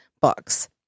books